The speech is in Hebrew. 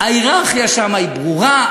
ההייררכיה היא ברורה,